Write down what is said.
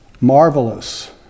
marvelous